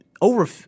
over